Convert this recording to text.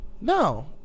No